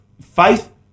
faith